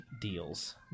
deals